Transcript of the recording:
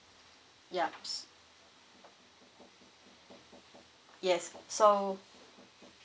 yup s~ yes so